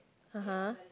(uh huh)